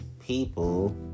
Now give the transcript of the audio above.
people